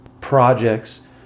projects